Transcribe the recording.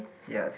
ya